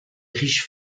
riche